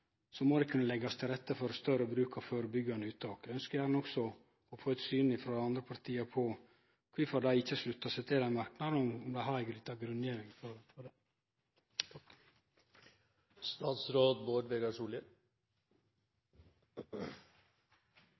må det kunne leggjast til rette for større bruk av førebyggjande uttak. Eg ønskjer gjerne også å få eit syn frå andre parti på kvifor dei ikkje sluttar seg til den merknaden, om dei har ei grunngjeving for det. Det